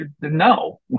no